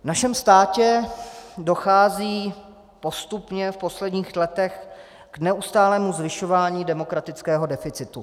V našem státě dochází postupně v posledních letech k neustálému zvyšování demokratického deficitu.